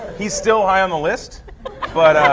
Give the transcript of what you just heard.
he's still high on the list but